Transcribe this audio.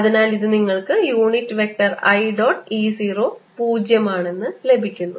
അതിനാൽ ഇത് നിങ്ങൾക്ക് unit vector i dot E 0 പൂജ്യം ആണെന്ന് ലഭിക്കുന്നു